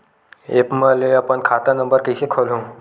App म ले अपन खाता नम्बर कइसे खोलहु?